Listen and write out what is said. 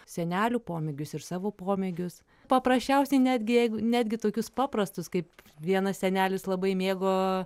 senelių pomėgius ir savo pomėgius paprasčiausiai netgi jeigu netgi tokius paprastus kaip vienas senelis labai mėgo